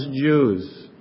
Jews